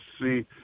see